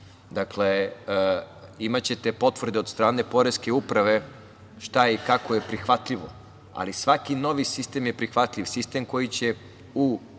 način. Imaćete potvrde od strane Poreske uprave šta je i kako je prihvatljivo, ali svaki novi sistem je prihvatljiv sistem koji će u